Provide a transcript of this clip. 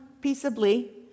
peaceably